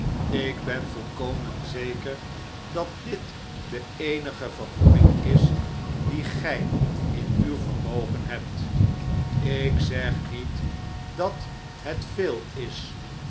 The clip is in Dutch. ik ben volkomen zeker dat dit de eenige vergoeding is die gij in uw vermogen hebt ik zeg niet dat het veel is